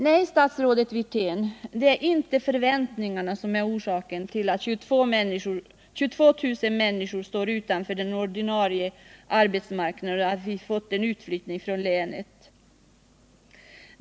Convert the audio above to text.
Nej, statsrådet Wirtén, det är inte förväntningarna som är orsak till att 22 000 människor står utanför den ordinarie arbetsmarknaden och att vi fått en utflyttning från länet.